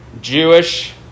Jewish